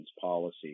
policy